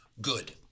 Good